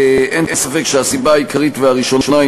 אין ספק שהסיבה העיקרית והראשונה היא